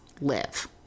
live